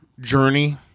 journey